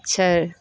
छै